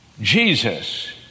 Jesus